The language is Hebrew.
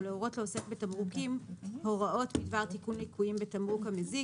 או להורות לעוסק בתמרוקים הוראות בדבר תיקון ליקויים בתמרוק המזיק,